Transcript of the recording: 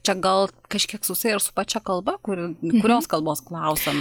čia gal kažkiek susiję ir su pačia kalba kur kurios kalboes klausiam